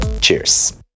Cheers